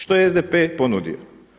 Što je SDP ponudio?